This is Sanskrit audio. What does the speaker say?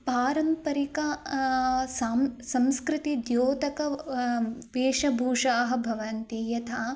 पारम्परिकाः सां संस्कृतिद्योतकाः वेशभूषाः भवन्ति यथा